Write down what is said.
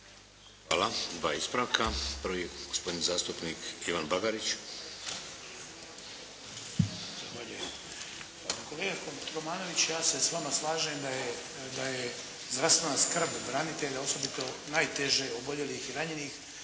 Hvala. Dva ispravka. Prvi gospodin zastupnik Ivan Bagarić.